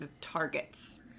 targets